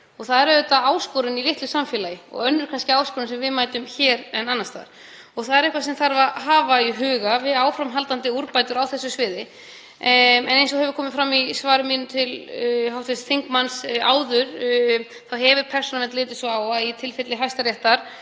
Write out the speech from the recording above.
Það er auðvitað áskorun í litlu samfélagi og kannski önnur áskorun sem við mætum hér en annars staðar, og það er eitthvað sem þarf að hafa í huga við áframhaldandi úrbætur á þessu sviði. Eins og kom fram í svari mínu til hv. þingmanns áðan hefur Persónuvernd litið svo á að í tilfelli Hæstaréttar,